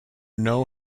know